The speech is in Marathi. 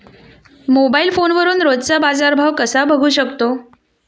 मोबाइल फोनवरून रोजचा बाजारभाव कसा बघू शकतो?